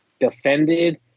defended